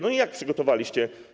No i jak przygotowaliście?